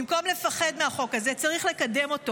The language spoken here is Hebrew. במקום לפחד מהחוק הזה צריך לקדם אותו.